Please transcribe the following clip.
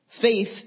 Faith